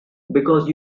because